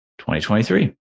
2023